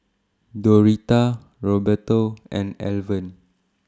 Doretta Roberto and Alvan